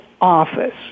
office